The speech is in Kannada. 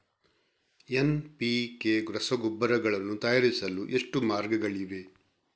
ಎನ್.ಪಿ.ಕೆ ರಸಗೊಬ್ಬರಗಳನ್ನು ತಯಾರಿಸಲು ಎಷ್ಟು ಮಾರ್ಗಗಳಿವೆ?